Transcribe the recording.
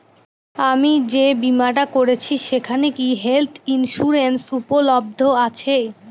আমি যে বীমাটা করছি সেইখানে কি হেল্থ ইন্সুরেন্স উপলব্ধ আছে?